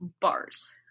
Bars